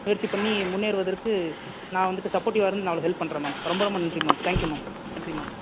முயற்சி பண்ணி முன்னேறுவதற்கு நான் வந்துட்டு சப்போர்டிவாக இருந்து நான் அவளுக்கு ஹெல்ப் பண்ணுறேன் மேம் ரொம்ப ரொம்ப நன்றி மேம் தேங்க் யூ மேம் நன்றி மேம்